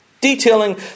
detailing